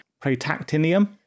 protactinium